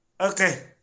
Okay